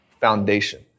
foundation